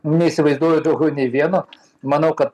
neįsivaizduoju daugiau nei vieno manau kad